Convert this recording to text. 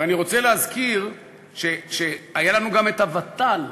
אני רוצה להזכיר שהיה לנו גם את הוות"ל,